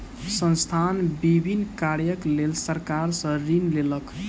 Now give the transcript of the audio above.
संस्थान विभिन्न कार्यक लेल सरकार सॅ ऋण लेलक